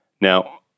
Now